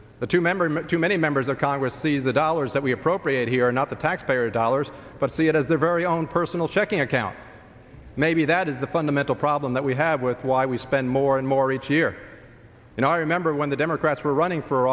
members too many members of congress these the dollars that we appropriate here are not the taxpayer dollars but see it as their very own personal checking account maybe that is the fundamental problem that we have with why we spend more and more each year and i remember when the democrats were running for